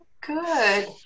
Good